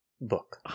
book